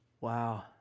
Wow